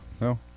No